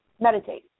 meditate